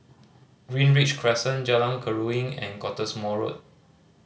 Greenridge Crescent Jalan Keruing and Cottesmore Road